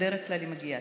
בדרך כלל היא מגיעה.